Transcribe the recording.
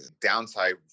downside